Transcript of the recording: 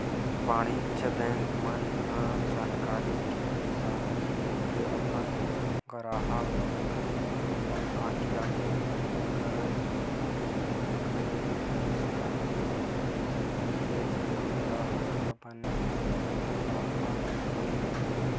वाणिज्य बेंक मन ह जानकारी के हिसाब ले अपन गराहक मन ल अलगे अलगे कारज करे के सलाह देवत रहिथे जेमा ग्राहक ल बने मुनाफा होय